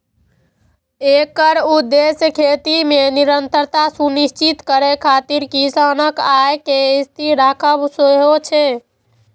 एकर उद्देश्य खेती मे निरंतरता सुनिश्चित करै खातिर किसानक आय कें स्थिर राखब सेहो छै